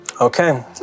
Okay